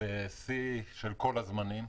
בשיא של כל הזמנים.